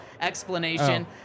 explanation